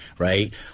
Right